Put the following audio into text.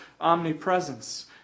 omnipresence